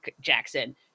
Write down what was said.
jackson